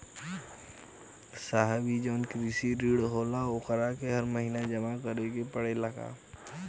साहब ई जवन कृषि ऋण होला ओके हर महिना जमा करे के पणेला का?